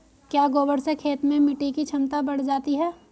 क्या गोबर से खेत में मिटी की क्षमता बढ़ जाती है?